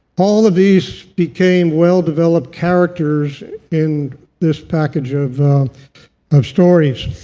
all of these became well-developed characters in this package of of stories.